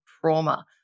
trauma